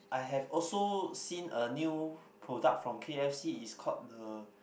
I have also seen a new product from k_f_c it's called the